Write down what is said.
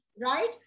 right